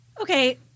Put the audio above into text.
Okay